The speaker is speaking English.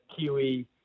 Kiwi